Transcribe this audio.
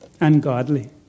ungodly